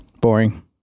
boring